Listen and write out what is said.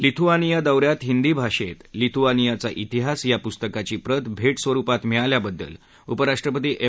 Lithuania दौ यात हिंदी भाषेत लिथुआनियाचा शिहास या पुस्तकाची प्रत भेट स्वरुपात मिळाल्याबद्दल उपराष्ट्रपती एम